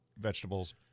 vegetables